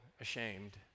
ashamed